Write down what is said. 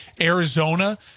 Arizona